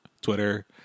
Twitter